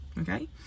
okay